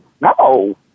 no